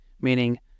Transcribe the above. meaning